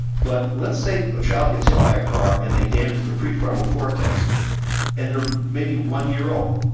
but let's say a child gets hit by a car and they damage the pre-frontal cortex and they're maybe one year old.